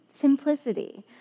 simplicity